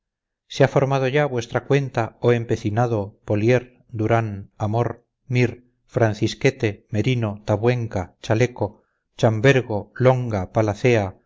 se ha formado ya vuestra cuenta oh empecinado boer durán amor mir francisquete merino tabuenca chaleco chambergo longa palarea